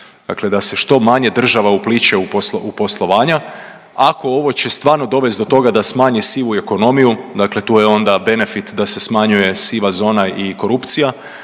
Dakle da se što manje država upliće u poslovanja ako ovo će stvarno dovesti do toga da smanji sivu ekonomiju, dakle tu je onda benefit da se smanjuje siva zona i korupcija,